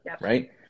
right